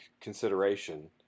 consideration